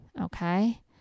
Okay